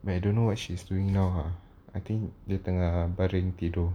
but I don't know what she's doing now ah I think dia tengah baring tidur